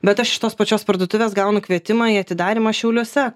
bet aš iš tos pačios parduotuvės gaunu kvietimą į atidarymą šiauliuose